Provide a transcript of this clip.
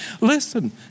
listen